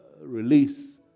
release